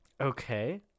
Okay